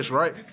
right